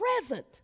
present